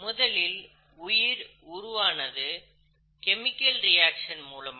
முதலில் உயிர் உருவானது கெமிக்கல் ரியாக்சன் மூலமாக